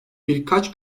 birkaç